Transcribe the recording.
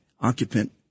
occupant